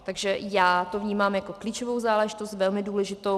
Takže já to vnímám jako klíčovou záležitost, velmi důležitou.